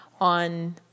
on